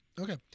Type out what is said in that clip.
Okay